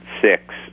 six